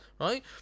right